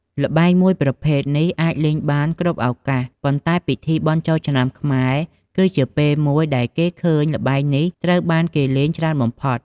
ល្បែងមួយប្រភេទនេះអាចលេងបានគ្រប់ឱកាស ប៉ុន្តែ ពិធីបុណ្យចូលឆ្នាំខ្មែរគឺជាពេលមួយដែលគេឃើញល្បែងនេះត្រូវបានគេលេងច្រើនបំផុត។